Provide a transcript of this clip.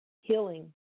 Healing